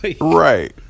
Right